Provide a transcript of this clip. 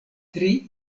tri